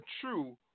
true